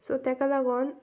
so ताका लागून